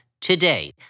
today